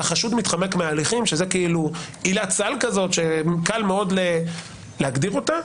החשוד מתחמק מהליכים שזה כאילו עילת סל כזאת שקל מאוד להגדיר אותה,